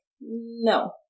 no